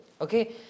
okay